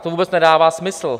To vůbec nedává smysl.